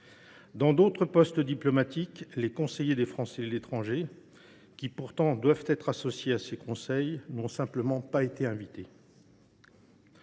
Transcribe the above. Dans d’autres postes diplomatiques, les conseillers des Français de l’étranger, qui doivent pourtant être associés à ces conseils, n’ont simplement pas été invités.